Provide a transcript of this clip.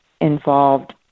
involved